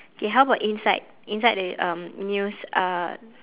okay how about inside inside the um news uh